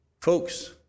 Folks